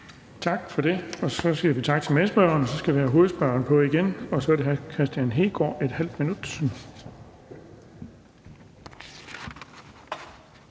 Tak for det. Så siger vi tak til medspørgeren. Så skal vi have hovedspørgeren på igen, så det er hr. Kristian Hegaard, ½ minut.